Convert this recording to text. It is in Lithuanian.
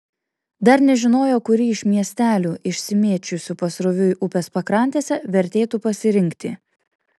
dar nežinojo kurį iš miestelių išsimėčiusių pasroviui upės pakrantėse vertėtų pasirinkti